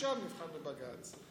עכשיו נבחן בבג"ץ.